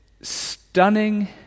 stunning